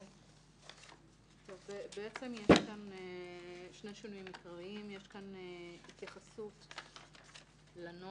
יש כאן שני שינויים עיקריים: יש התייחסות לנורמה.